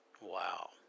Wow